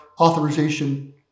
authorization